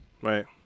Right